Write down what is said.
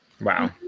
wow